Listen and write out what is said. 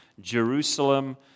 Jerusalem